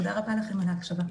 תודה רבה לכם על ההקשבה.